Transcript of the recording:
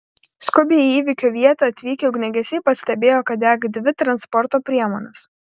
skubiai į įvykio vietą atvykę ugniagesiai pastebėjo kad dega dvi transporto priemonės